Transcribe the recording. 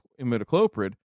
imidacloprid